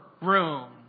room